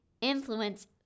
influence